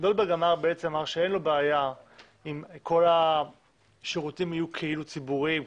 אמר שאין לו בעיה אם כל השירותים יהיו כאילו ציבוריים,